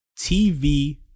TV